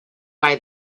why